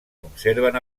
conserven